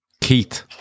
Keith